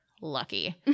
lucky